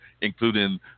including